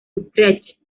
utrecht